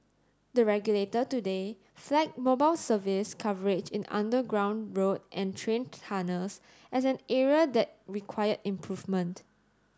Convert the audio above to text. the regulator today flagged mobile service coverage in underground road and train tunnels as an area that required improvement